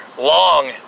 long